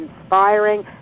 inspiring